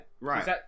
right